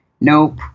Nope